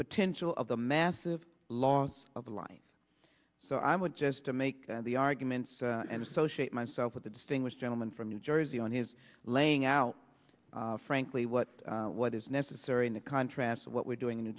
potential of the massive loss of life so i would just to make the arguments and associate myself with the distinguished gentleman from new jersey on his laying out frankly what what is necessary in the contrast of what we're doing in new